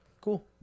cool